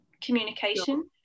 communication